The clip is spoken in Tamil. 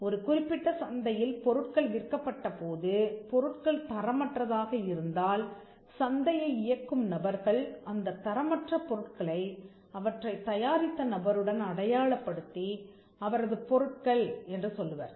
ஒரு குறிப்பிட்ட சந்தையில் பொருட்கள் விற்கப்பட்ட போது பொருட்கள் தரமற்றதாக இருந்தால் சந்தையை இயக்கும் நபர்கள் அந்தத் தரமற்ற பொருட்களை அவற்றைத் தயாரித்த நபருடன் அடையாளப்படுத்தி அவரது பொருட்கள் என்று சொல்லுவர்